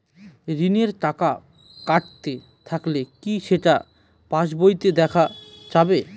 ঋণের টাকা কাটতে থাকলে কি সেটা পাসবইতে দেখা যাবে?